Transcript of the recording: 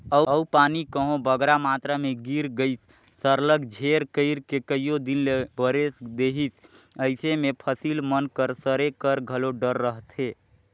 अउ पानी कहांे बगरा मातरा में गिर गइस सरलग झेर कइर के कइयो दिन ले बरेस देहिस अइसे में फसिल मन कर सरे कर घलो डर रहथे